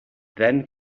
then